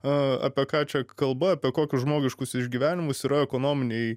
a apie ką čia kalba apie kokius žmogiškus išgyvenimus yra ekonominiai